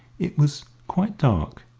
it was quite dark,